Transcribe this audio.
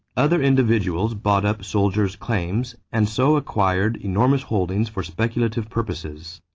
other individuals bought up soldiers' claims and so acquired enormous holdings for speculative purposes.